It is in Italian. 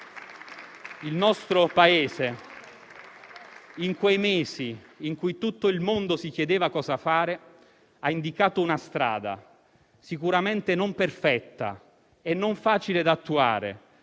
il nostro Paese, in quei mesi in cui tutto il mondo si chiedeva cosa fare, ha indicato una strada, sicuramente non perfetta e non facile da attuare,